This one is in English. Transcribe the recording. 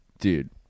Dude